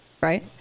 Right